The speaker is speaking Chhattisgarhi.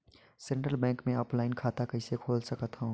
सेंट्रल बैंक मे ऑफलाइन खाता कइसे खोल सकथव?